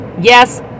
Yes